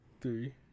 Three